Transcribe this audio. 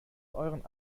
euren